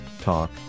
Talk